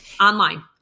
online